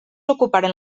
ocuparen